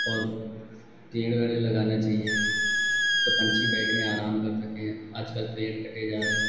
और पेड़ वेड़ लगाना चाहिए तो पक्षी बैठें आराम कर सकें आजकल पेड़ काटे जा रहे हैं